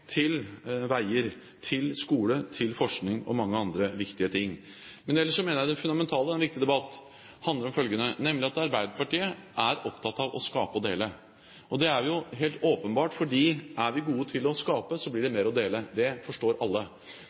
til veier, til skole, til forskning og til mange andre viktige ting. Ellers mener jeg det fundamentale – det er en viktig debatt – handler om følgende: Arbeiderpartiet er opptatt av å skape og dele. Det er jo helt åpenbart, for er vi gode til å skape, blir det mer å dele. Det forstår alle.